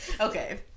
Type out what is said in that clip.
Okay